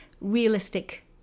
realistic